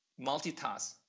multitask